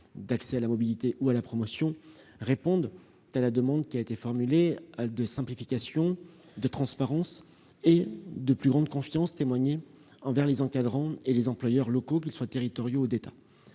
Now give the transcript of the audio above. d'accès à la mobilité ou à la promotion -, répondent à la demande de simplification, de transparence et de plus grande confiance témoignée envers les encadrants et les employeurs locaux, qu'ils soient territoriaux ou d'État.